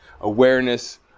awareness